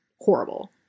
horrible